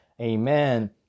Amen